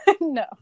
no